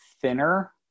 thinner